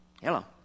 Hello